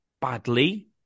badly